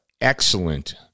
excellent